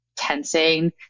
tensing